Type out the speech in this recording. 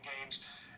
games